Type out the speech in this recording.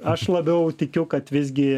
aš labiau tikiu kad visgi